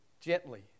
gently